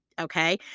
Okay